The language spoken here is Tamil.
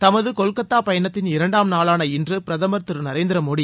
தமது கொல்கத்தா பயணத்தின் இரண்டாம் நாளான இன்று பிரதமர் திரு நரேந்திர மோடி